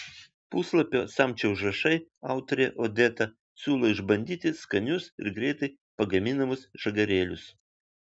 puslapio samčio užrašai autorė odeta siūlo išbandyti skanius ir greitai pagaminamus žagarėlius